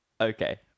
Okay